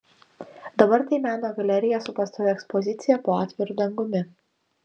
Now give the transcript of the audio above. dabar tai meno galerija su pastovia ekspozicija po atviru dangumi